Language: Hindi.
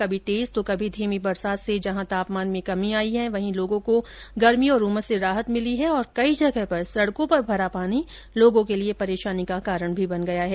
कभी तेज तो कभी धीमी बरसात से जहां तापमान में कमी आई है और लोगों को गर्मी तथा उमस से राहत मिली है वहीं कई जगह सडकों पर भरा पानी लोगों के लिये परेशानी का कारण बन गया है